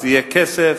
אז יהיה כסף,